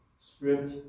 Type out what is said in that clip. script